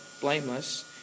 blameless